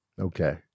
Okay